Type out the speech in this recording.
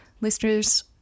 listeners